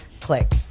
click